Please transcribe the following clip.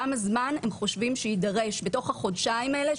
כמה זמן הם חושבים שיידרש בתוך החודשיים האלה,